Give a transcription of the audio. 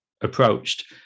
approached